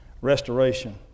restoration